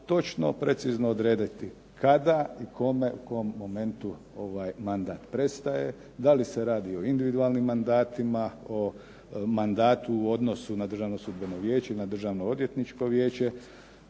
točno i precizno odredi kada, kome i u kojem momentu mandat prestaje, da li se radi o individualnim mandatima, mandatu u odnosu na Državno sudbeno vijeće i na Državno odvjetničko vijeće.